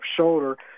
shoulder